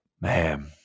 man